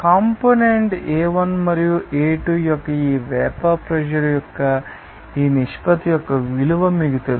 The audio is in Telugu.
కాంపోనెంట్ A1 మరియు A2 యొక్క ఈ వేపర్ ప్రెషర్ యొక్క ఈ నిష్పత్తి యొక్క విలువ మీకు తెలుసు